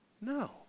no